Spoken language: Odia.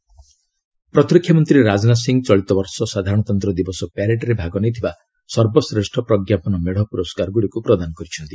ରାଜନାଥ ଟାବ୍ଲ୍ୟୁ ପ୍ରତିରକ୍ଷା ମନ୍ତ୍ରୀ ରାଜନାଥ ସିଂହ ଚଳିତ ବର୍ଷ ସାଧାରଣତନ୍ତ୍ର ଦିବସର ପ୍ୟାରେଡ୍ରେ ଭାଗ ନେଇଥିବା ସର୍ବଶ୍ରେଷ୍ଠ ପ୍ରଜ୍ଞାପନ ମେଢ଼ ପୁରସ୍କାରଗୁଡ଼ିକୁ ପ୍ରଦାନ କରିଛନ୍ତି